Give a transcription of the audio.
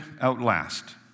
outlast